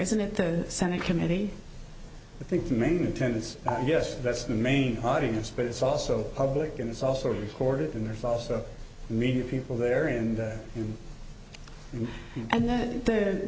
isn't the senate committee i think the main attendance yes that's the main hardiness but it's also public and it's also recorded and there's also media people there and you and then the